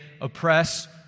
oppress